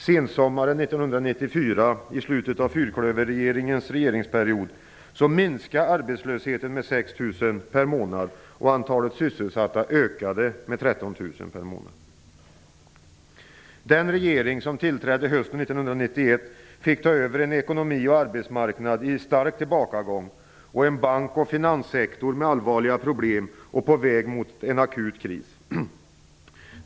Sensommaren 1994, i slutet av fyrklöverregeringens regeringsperiod, minskade antalet arbetslösa med Den regering som tillträdde hösten 1991 fick ta över en ekonomi och arbetsmarknad i stark tillbakagång och en bank och finanssektor med allvarliga problem på väg mot en akut kris.